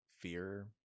fear